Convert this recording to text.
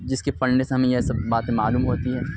جس کے پڑھنے سے ہمیں یہ سب باتیں معلوم ہوتی ہیں